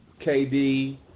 KD